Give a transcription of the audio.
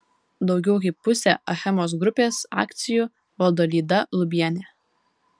daugiau kaip pusę achemos grupės akcijų valdo lyda lubienė